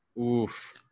Oof